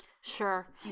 Sure